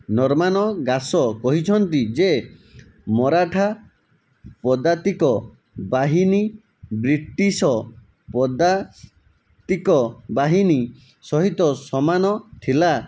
Norman Gash କହିଛନ୍ତି ଯେ ମରାଠା ପଦାତିକ ବାହିନୀ ବ୍ରିଟିଶ୍ ପଦା ତିକ ବାହିନୀ ସହିତ ସମାନ ଥିଲା